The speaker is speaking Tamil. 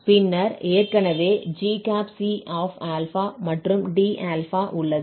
பின்னர் ஏற்கனவே gc மற்றும் dα உள்ளது